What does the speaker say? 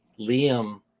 liam